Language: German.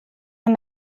man